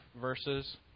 verses